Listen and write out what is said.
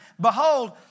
behold